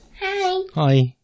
Hi